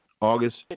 August